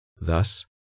Thus